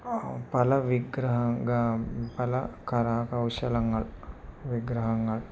പല പല കരകൗശലങ്ങൾ വിഗ്രഹങ്ങൾ